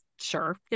sure